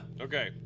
Okay